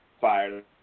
fired